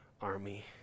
army